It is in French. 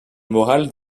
moral